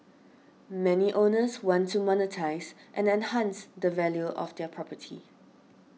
many owners want to monetise and enhance the value of their property